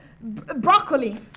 broccoli